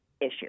issue